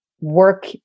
work